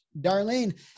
Darlene